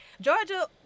Georgia